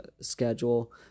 schedule